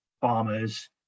farmers